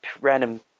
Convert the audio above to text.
random